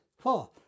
four